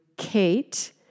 Kate